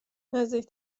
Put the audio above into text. نزدیک